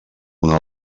una